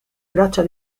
braccia